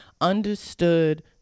understood